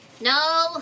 No